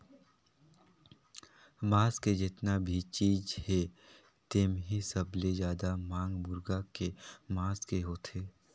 मांस के जेतना भी चीज हे तेम्हे सबले जादा मांग मुरगा के मांस के होथे